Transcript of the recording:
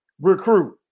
Recruit